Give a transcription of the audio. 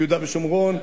ביהודה ושומרון,